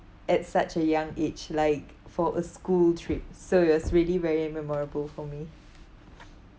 at such a young age like for a school trip so it was really very memorable for me